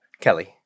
Kelly